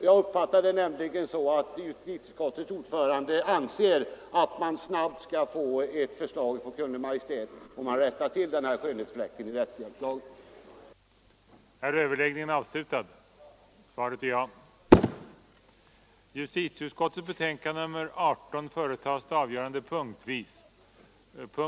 Jag uppfattade nämligen fru Kristenssons inlägg så, att hon anser att vi snabbt bör få ett förslag från Kungl. Maj:t om att den här skönhetsfläcken i rättshjälpslagen skall tagas bort.